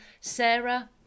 Sarah